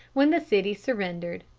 when the city surrendered.